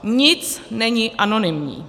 Nic není anonymní.